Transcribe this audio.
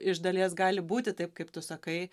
iš dalies gali būti taip kaip tu sakai